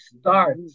start